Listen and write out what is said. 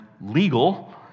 legal